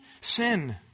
sin